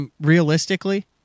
realistically